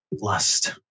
lust